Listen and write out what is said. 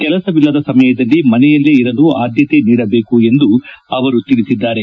ಕೆಲಸವಿಲ್ಲದ ಸಮಯದಲ್ಲಿ ಮನೆಯಲ್ಲೇ ಇರಲು ಆದ್ಯತೆ ನೀಡಬೇಕು ಎಂದು ಅವರು ತಿಳಿಸಿದ್ದಾರೆ